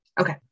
Okay